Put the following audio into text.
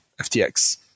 FTX